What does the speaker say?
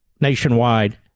nationwide